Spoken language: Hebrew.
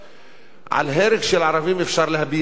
על הרג של ערבים אפשר להביע צער,